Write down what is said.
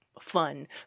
fun